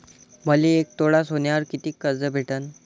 मले एक तोळा सोन्यावर कितीक कर्ज भेटन?